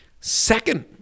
Second